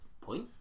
point